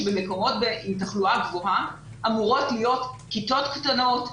שבמקומות עם תחלואה גבוהה אמורות להיות כיתות קטנות,